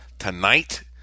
Tonight